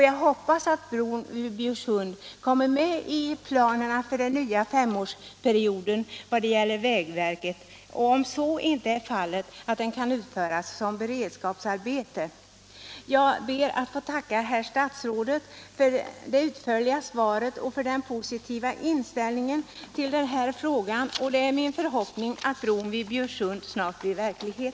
Jag hoppas därför att bron vid Bjursund kommer med i vägverkets planering för den kommande femårsperioden och, om så inte blir fallet, att den kan uppföras som beredskapsarbete. Jag ber att åter få tacka herr statsrådet för det utförliga svaret och för den positiva inställningen till denna fråga, och det är min förhoppning att bron vid Bjursund snart blir verklighet.